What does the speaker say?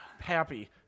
happy